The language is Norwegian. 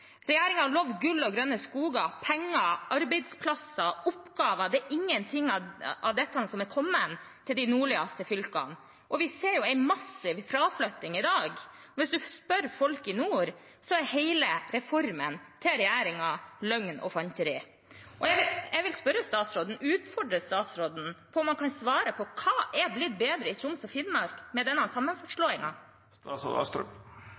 har lovd gull og grønne skoger, penger, arbeidsplasser, oppgaver. Det er ingenting av dette som er kommet til de nordligste fylkene, og vi ser en massiv fraflytting i dag. Hvis man spør folk i nord, er hele reformen til regjeringen løgn og fanteri. Jeg vil utfordre statsråden på om han svare på: Hva er blitt bedre i Troms og Finnmark med denne